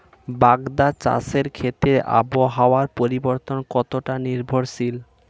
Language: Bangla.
বাগদা চাষের ক্ষেত্রে আবহাওয়ার পরিবর্তন কতটা নির্ভরশীল?